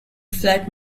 flat